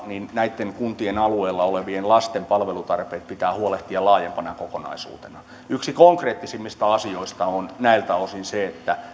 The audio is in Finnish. niin näitten kuntien alueella olevien lasten palvelutarpeet pitää huolehtia laajempana kokonaisuutena yksi konkreettisimmista asioista on näiltä osin se että